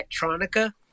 Electronica